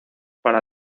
para